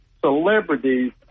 celebrities